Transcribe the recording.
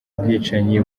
bwicanyi